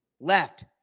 left